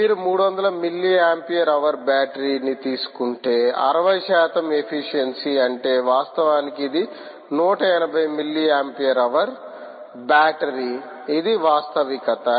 మీరు 300 milliampere hour బ్యాటరీని తీసుకుంటే 60 శాతం ఎఫిషియన్సీ అంటే వాస్తవానికి ఇది 180 మిల్లీ ఆంపియర్ హవర్ బ్యాటరీ ఇది వాస్తవికత